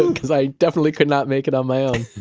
and because i definitely could not make it on my own